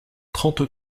trente